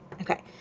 Okay